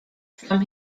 from